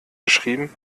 geschrieben